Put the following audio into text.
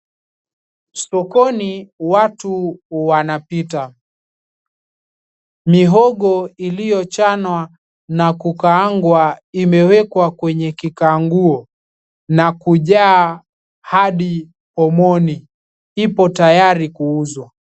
Sokoni watu wanapita. Mihogo iliyochanwa na kukaangwa imewekwa kwenye kikaanguo na kujaa hadi pomoni. Ipo tayari kuuzwa.